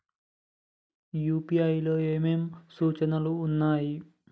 UPI లో ఏమేమి సూచనలు ఉన్నాయి?